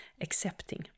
accepting